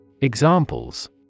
Examples